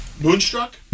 Moonstruck